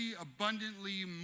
abundantly